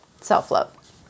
self-love